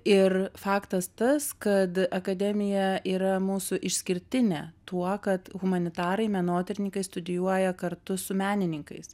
ir faktas tas kad akademija yra mūsų išskirtinė tuo kad humanitarai menotyrininkai studijuoja kartu su menininkais